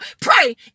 Pray